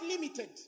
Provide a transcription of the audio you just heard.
limited